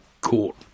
court